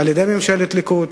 על-ידי ממשלת הליכוד,